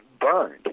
burned